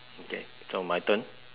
okay so my turn